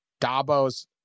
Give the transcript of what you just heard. Dabo's